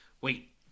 wait